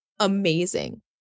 amazing